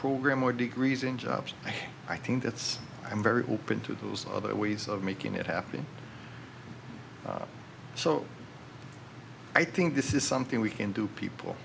program or degrees in jobs i think that's i'm very open to those other ways of making it happen so i think this is something we can do people